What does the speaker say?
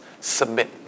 submit